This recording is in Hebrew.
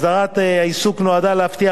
הסדרת העיסוק נועדה להבטיח,